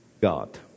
God